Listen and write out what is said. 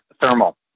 thermal